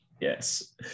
yes